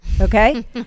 Okay